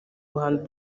ruhando